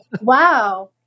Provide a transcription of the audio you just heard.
wow